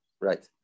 right